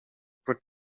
put